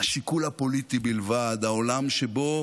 השיקול הפוליטי בלבד, העולם שבו